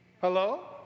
Hello